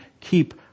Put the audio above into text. keep